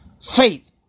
Faith